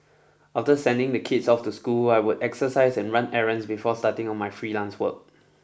after sending the kids off to school I would exercise and run errands before starting on my freelance work